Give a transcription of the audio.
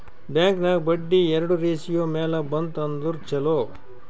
bank ನಾಗ್ ಬಡ್ಡಿ ಎರಡು ratio ಮ್ಯಾಲ ಬಂತ್ ಅಂದುರ್ ಛಲೋ